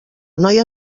noia